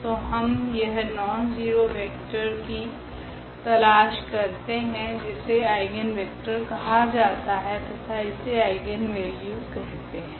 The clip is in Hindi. तो हम यह नॉनज़ीरो वेक्टर की तलाश करते है जिसे आइगनवेक्टर कहा जाता है तथा इसे आइगनवेल्यू कहते है